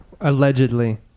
allegedly